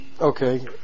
Okay